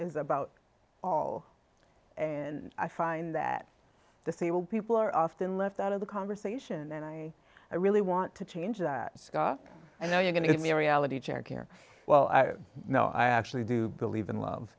is about all and i find that the sable people are often left out of the conversation and i i really want to change that scott i know you're going to give me a reality check here well no i actually do believe in love